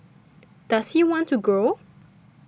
does he want to grow